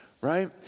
right